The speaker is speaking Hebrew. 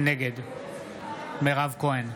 נגד מירב כהן,